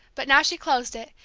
but now she closed it,